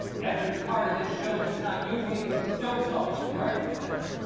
every part of this show that's not you reading jokes off cue cards, he says,